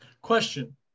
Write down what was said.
Question